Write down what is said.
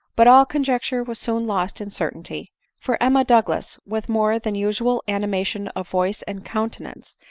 but all conjecture was soon lost in cer tainty for emma douglas, with more than usual anima tion of voice and countenance,